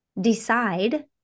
decide